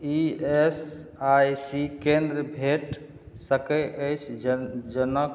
E S I C केन्द्र भेट सकय अछि ज जनक